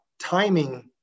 timing